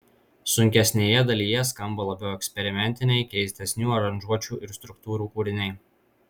sunkesnėje dalyje skamba labiau eksperimentiniai keistesnių aranžuočių ir struktūrų kūriniai